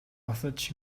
босож